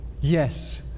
Yes